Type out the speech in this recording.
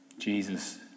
Jesus